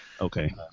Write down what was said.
Okay